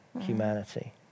humanity